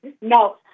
no